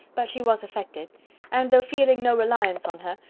but she was affected and though feeling no reliance on her,